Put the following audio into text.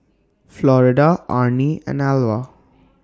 Florida Arnie and Alvah